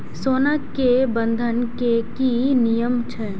सोना के बंधन के कि नियम छै?